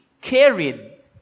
carried